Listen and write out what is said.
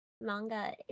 manga